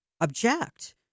object